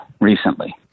recently